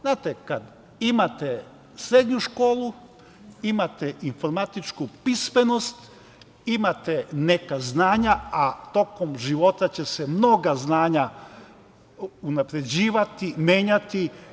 Znate, kad imate srednju školu, imate informatičku pismenost, imate neka znanja, a tokom života će se mnoga znanja unapređivati, menjati.